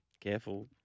careful